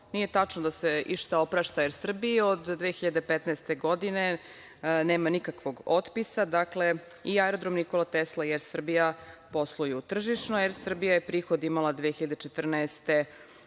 nije tačno da se išta oprašta „Er Srbiji“. Od 2015. godine nema nikakvog otpisa, dakle, i Aerodrom „Nikola Tesla“ i „Er Srbija“ posluju tržišno. „Er Srbija“ je prihod imala 2014. godine,